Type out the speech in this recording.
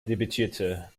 debütierte